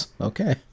Okay